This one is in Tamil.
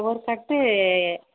ஒரு கட்டு